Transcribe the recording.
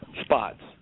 spots